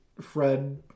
Fred